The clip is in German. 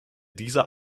dieser